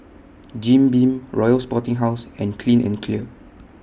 Jim Beam Royal Sporting House and Clean and Clear